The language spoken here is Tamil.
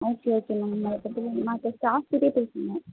ஓகே ஓகே மேம் அதை பற்றி மற்ற ஸ்டாஃப் கிட்டேயும் பேசணும்